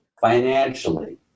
financially